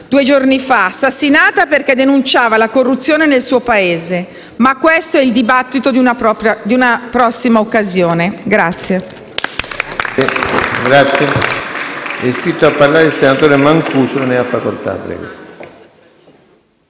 due giorni fa, assassinata perché denunciava la corruzione nel suo Paese. Ma questo è il dibattito di una prossima occasione.